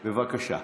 בבקשה.